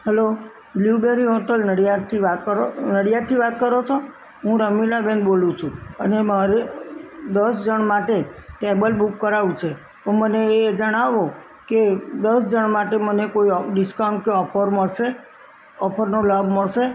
hello blueberry hotel નડિયાદથી વાત કરો નડિયાદથી વાત કરો છો હું રમીલાબેન બોલું છું અને મારે દસ જણ માટે ટેબલ બુક કરાવવું છે તો મને એ જણાવો કે દસ જણ માટે મને કોઈ ડિસ્કાઉન્ટ કે ઓફર મળશે ઓફરનો લાભ મળશે